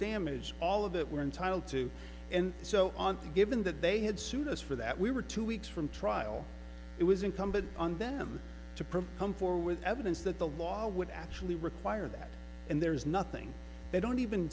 damage all of that we're entitled to and so on to given that they had sued us for that we were two weeks from trial it was incumbent on them to come forward evidence that the law would actually require that and there is nothing they don't even